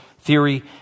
theory